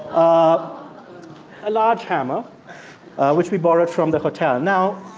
um a large hammer which we borrowed from the hotel. now,